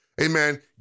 Amen